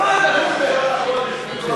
ב-1 בחודש כמה מקבלים.